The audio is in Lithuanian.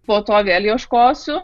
po to vėl ieškosiu